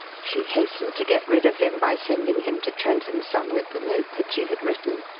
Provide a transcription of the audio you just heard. she hastened to get rid of him by sending him to trent and son with the note that she had written,